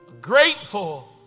grateful